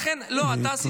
אני מסכים איתך.